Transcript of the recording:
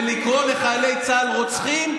ולקרוא לחיילי צה"ל רוצחים,